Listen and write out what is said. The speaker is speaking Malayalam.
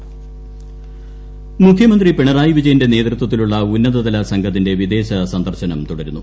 മുഖ്യമന്ത്രി ജപ്പാൻ മുഖ്യമന്ത്രി പിണറായി വിജയന്റെ നേതൃത്വത്തിലുള്ള ഉന്നതതല സംഘത്തിന്റെ വിദേശ സന്ദർശനം തുടരുന്നു